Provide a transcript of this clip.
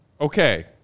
okay